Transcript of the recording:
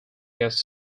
guest